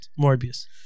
Morbius